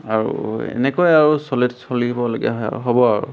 আৰু এনেকৈ আৰু চলিবলগীয়া হয় আৰু হ'ব আৰু